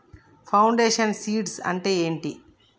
Foundation seeds అంటే ఏంటి?